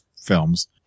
films